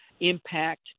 impact